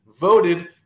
voted